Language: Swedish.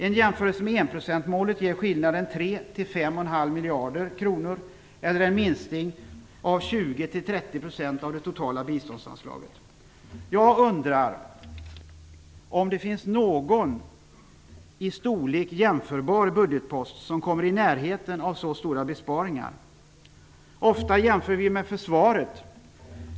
En jämförelse med enprocentsmålet ger skillnaden 3-5,5 miljarder kronor eller en minskning med 20-30 % av det totala biståndsanslaget. Jag undrar om det finns någon i storlek jämförbar budgetpost som kommer i närheten av så stora besparingar. Ofta jämför vi med försvaret.